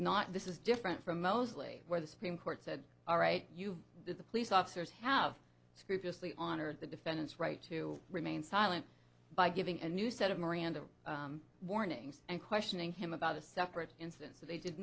not this is different from mostly where the supreme court said all right you the police officers have scrupulously honor the defendant's right to remain silent by giving a new set of miranda warnings and questioning him about a separate incident so they did